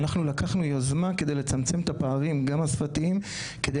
אנחנו לקחנו יוזמה כדי לצמצם את הפערים גם השפתיים כדי